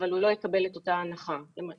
הוא לא יקבל את אותה הנחה לדוגמה.